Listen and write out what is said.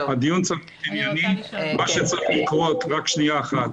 הדיון צריך להיות ענייני, מה שצריך לקרות זה